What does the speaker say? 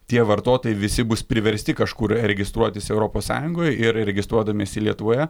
tie vartotojai visi bus priversti kažkur registruotis europos sąjungoje ir registruodamiesi lietuvoje